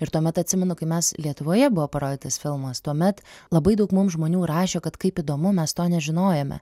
ir tuomet atsimenu kai mes lietuvoje buvo parodytas filmas tuomet labai daug mums žmonių rašė kad kaip įdomu mes to nežinojome